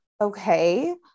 Okay